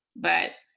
but,